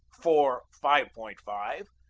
four five point five,